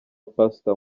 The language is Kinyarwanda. pastor